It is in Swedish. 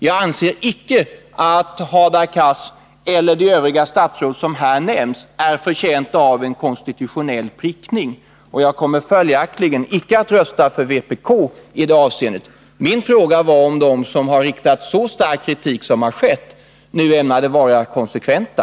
Jag anser inte att Hadar Cars och de övriga statsråd som här nämns är förtjänta av en konstitutionell prickning, och jag kommer följaktligen inte att rösta på vpk:s förslag till yttrande. Min fråga var om de som har riktat så stark kritik mot statsråden nu ämnar vara konsekventa.